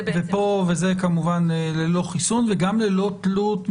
וזה כמובן ללא חיסון וגם ללא תלות,